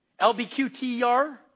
LBQTR